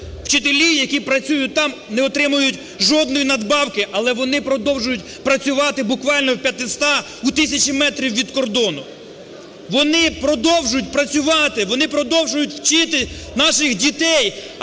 Вчителі, які працюють там, не отримують жодної надбавки, але вони продовжують працювати буквально у 500, у тисячі метрів від кордону. Вони продовжують працювати, вони продовжують вчити наших дітей,